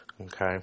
Okay